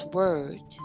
word